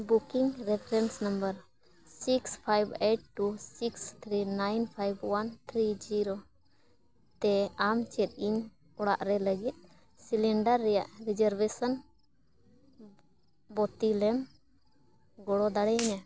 booking reference number six five eight two six three nine five one three zero ᱛᱮ ᱟᱢ ᱪᱮᱫ ᱤᱧ ᱚᱲᱟᱜ ᱨᱮ ᱞᱟᱹᱜᱤᱫ ᱥᱤᱞᱤᱱᱰᱟᱨ ᱨᱮᱭᱟᱜ ᱨᱤᱡᱟᱨᱵᱷᱮᱥᱮᱱ ᱵᱟᱹᱛᱤᱞᱮᱢ ᱜᱚᱲᱚ ᱫᱟᱲᱮᱭᱤᱧᱟᱹ